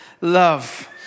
love